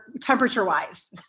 temperature-wise